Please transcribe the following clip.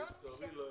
שנים.